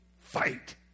fight